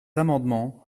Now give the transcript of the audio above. amendements